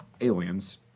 aliens